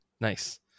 Nice